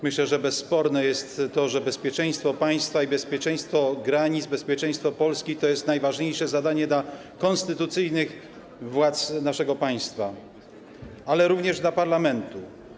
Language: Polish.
Myślę, że bezsporne jest to, że bezpieczeństwo państwa i bezpieczeństwo granic, zapewnienie bezpieczeństwa Polsce to jest najważniejsze zadanie dla konstytucyjnych władz naszego państwa, ale również dla parlamentu.